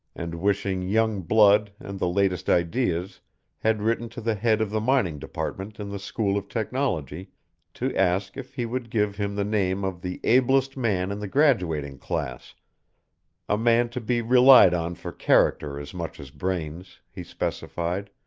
and wishing young blood and the latest ideas had written to the head of the mining department in the school of technology to ask if he would give him the name of the ablest man in the graduating class a man to be relied on for character as much as brains, he specified,